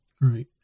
right